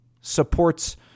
supports